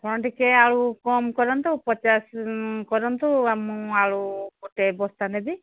ଆପଣ ଟିକେ ଆଉ କମ୍ କରନ୍ତୁ ପଚାଶ କରନ୍ତୁ ଆ ମୁଁ ଆଳୁ ଗୋଟେ ବସ୍ତା ନେବି